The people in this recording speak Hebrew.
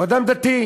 הוא אדם דתי.